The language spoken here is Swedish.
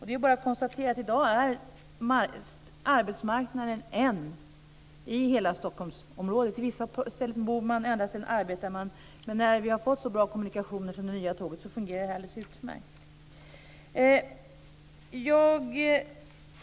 Det är bara att konstatera att hela Stockholmsområdet i dag är en arbetsmarknad. På vissa ställen bor man, och på andra ställen arbetar man. När vi har fått så bra kommunikationer, som det nya tåget, fungerar det alldeles utmärkt.